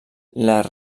les